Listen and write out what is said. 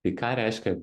tai ką reiškia